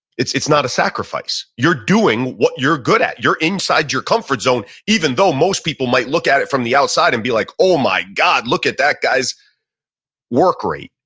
it's it's not a sacrifice, you're doing what you're good at. you're inside your comfort zone even though most people might look at it from the outside and be like, oh my god, look at that guy's work rate.